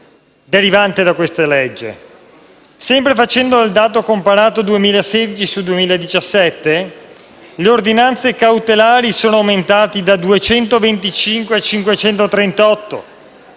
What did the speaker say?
derivante da questa legge. Sempre facendo il dato comparato 2016-2017, le ordinanze cautelari sono aumentate da 225 a 538;